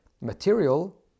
material